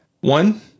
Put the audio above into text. One